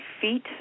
feet